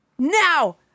Now